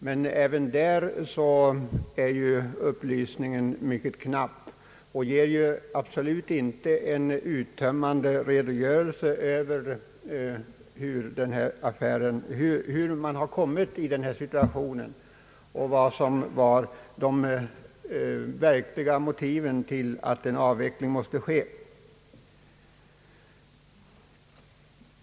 Men även de innehåller mycket knappa upplysningar och ger absolut inte en uttömmande redogörelse för hur man kommit i denna situation och vad som var de verkliga motiven till att en avveckling måste ske.